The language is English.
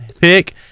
pick